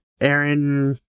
Aaron